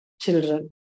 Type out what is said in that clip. children